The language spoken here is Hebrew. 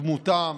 דמותם